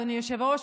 אדוני היושב-ראש,